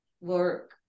work